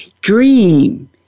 dream